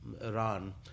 Iran